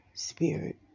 spirit